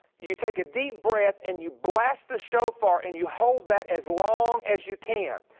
you take a deep breath and you blast the shofar and you hold that as long as you can.